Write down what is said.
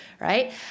right